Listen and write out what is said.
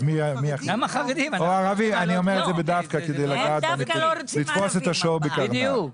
אני אומר את זה בדווקא כדי לתפוס את השור בקרניו.